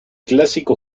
clásico